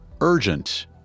urgent